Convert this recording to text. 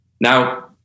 Now